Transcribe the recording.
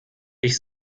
ich